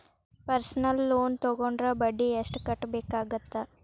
personal loan ತೊಗೊಂಡ್ರ ಬಡ್ಡಿ ಎಷ್ಟ್ ಕಟ್ಟಬೇಕಾಗತ್ತಾ